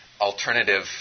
alternative